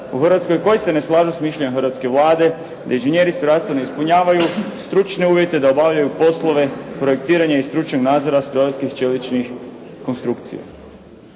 u Hrvatskoj koji se ne slažu s mišljenjem hrvatske Vlade da inženjeri strojarstva ne ispunjavaju stručne uvjete da obavljaju poslove projektiranja i stručnog nadzora strojarskih čeličnih konstrukcija.